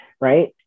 right